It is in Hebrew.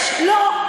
יש לו?